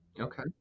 okay